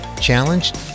challenged